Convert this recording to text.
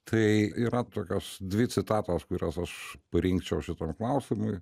tai yra tokios dvi citatos kurios aš parinkčiau šitam klausimui